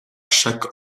chaque